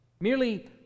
merely